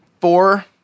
four